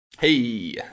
Hey